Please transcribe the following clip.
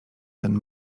ten